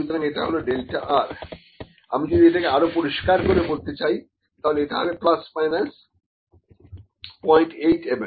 সুতরাং এটা হল ডেল্টা r যদি আমি এটাকে আরো পরিষ্কার করে বলতে চাই তাহলে এটা হবে প্লাস মাইনাস 08 mm